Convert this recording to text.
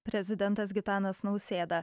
prezidentas gitanas nausėda